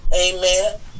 Amen